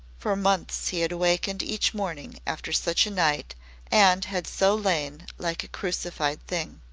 for months he had awakened each morning after such a night and had so lain like a crucified thing.